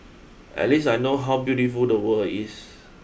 at least I know how beautiful the world is